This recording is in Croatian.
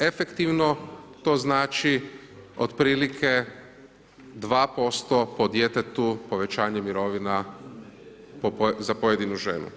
Efektivno to znači otprilike 2% po djetetu, povećanje mirovina za pojedinu ženu.